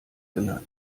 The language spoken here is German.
genannt